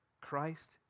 Christ